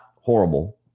horrible